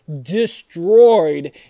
destroyed